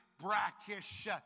brackish